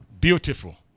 Beautiful